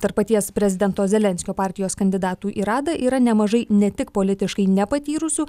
tarp paties prezidento zelenskio partijos kandidatų į radą yra nemažai ne tik politiškai nepatyrusių